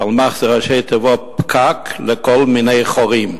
פלמ"ח זה ראשי תיבות של "פקק לכל מיני חורים".